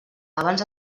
abans